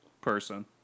person